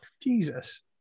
Jesus